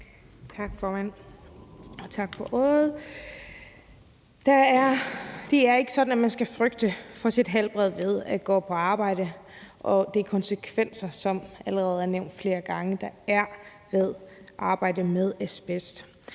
Det er ikke sådan, at man skal frygte for sit helbred ved at gå på arbejde og de konsekvenser, som allerede er nævnt flere gange, og som der er ved at arbejde med asbest.